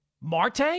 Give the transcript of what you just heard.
Marte